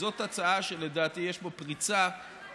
וזאת הצעה שלדעתי יש בה פריצה שתוביל